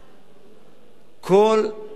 כל הדרישה, כל ההצעה,